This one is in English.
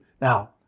now